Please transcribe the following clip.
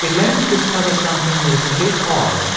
it led him to discover something that is today called